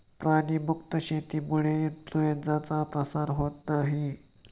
प्राणी मुक्त शेतीमुळे इन्फ्लूएन्झाचा प्रसार होत नाही